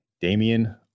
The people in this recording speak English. Damian